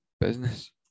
business